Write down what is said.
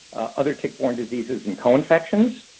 other tick-borne diseases and co-infections.